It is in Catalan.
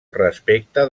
respecte